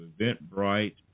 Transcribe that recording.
Eventbrite